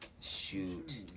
shoot